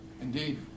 Indeed